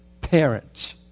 Parents